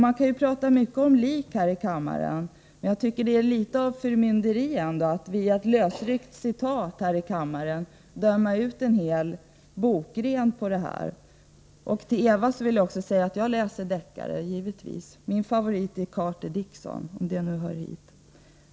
Man kan prata mycket om lik här i kammaren, men jag tycker att det är litet av förmynderi att via ett lösryckt citat döma ut en hel bokgenre. Till Eva Hjelmström vill jag säga att jag givetvis läser deckare. Min favorit är Carter Dickson, om det nu hör hit.